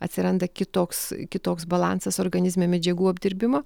atsiranda kitoks kitoks balansas organizme medžiagų apdirbimo